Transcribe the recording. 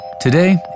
Today